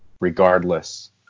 regardless